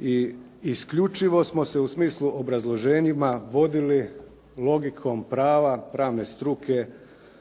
i isključivo smo se u smislu obrazloženjima vodili logikom prava, pravne struke,